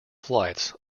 flights